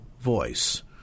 voice